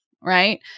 right